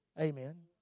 Amen